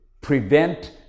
prevent